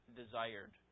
desired